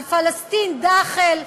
על פלסטין דאח'ל,